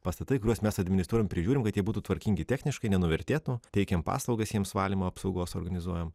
pastatai kuriuos mes administruojam prižiūrim kad jie būtų tvarkingi techniškai nenuvertėtų teikiam paslaugas jiems valymo apsaugos organizuojam